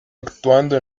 actuando